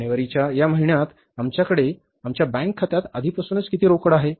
जानेवारीच्या या महिन्यात आमच्याकडे आमच्या बँक खात्यात आधीपासूनच किती रोकड आहे